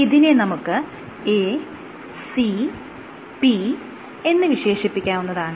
ഇതിനെ നമുക്ക് A C P എന്ന് സൂചിപ്പിക്കാവുന്നതാണ്